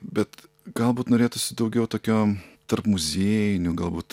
bet galbūt norėtųsi daugiau tokio tarpmuziejinių galbūt